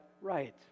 right